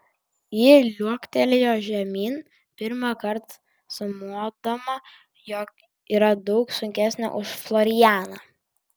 ji liuoktelėjo žemyn pirmąkart sumodama jog yra daug sunkesnė už florianą